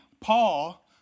Paul